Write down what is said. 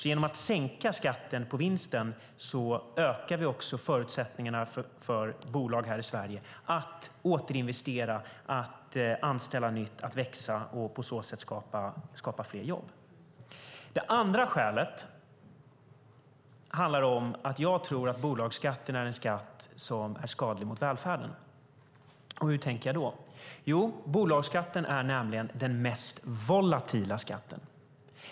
Genom att sänka skatten på vinsten ökar vi förutsättningarna för bolag här i Sverige att återinvestera, anställa nytt, växa och på så sätt skapa fler jobb. Det andra skälet är att jag tror att bolagsskatten är en skatt som är skadlig mot välfärden. Hur tänker jag då? Jo, bolagsskatten är den mest volatila skatten.